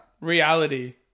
Reality